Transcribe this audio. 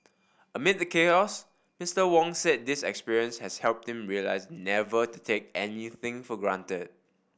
amid the Mister Wong said this experience has helped him realise never to take anything for granted